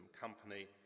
company